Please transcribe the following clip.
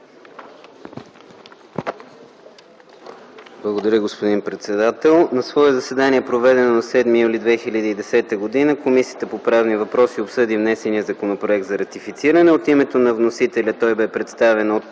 Благодаря, господин председател. „На свое заседание, проведено на 7 юли 2010 г. Комисията по правни въпроси обсъди законопроект за ратифициране. От името на вносителя той бе представен от